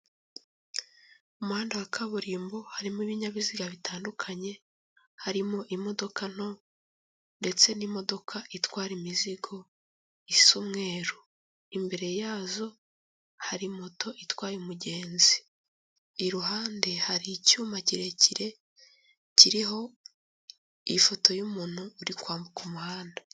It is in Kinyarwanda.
Umuhanda wa kaburimbo harimo ibinyabiziga bitandukanye, harimo imodoka nto ndetse n'imodoka itwara imizigo isa umweru, imbere yazo hari moto itwaye umugenzi, iruhande hari icyuma kirekire kiriho ifoto y'umuntu uri kwambuka umuhanda.